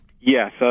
Yes